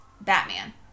Batman